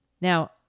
Now